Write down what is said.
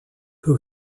who